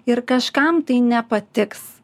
ir kažkam tai nepatiks